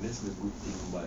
that's the good but